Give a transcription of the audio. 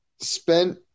spent